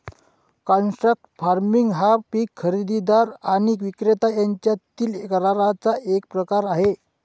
contract farming हा पीक खरेदीदार आणि विक्रेता यांच्यातील कराराचा एक प्रकार आहे